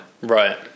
Right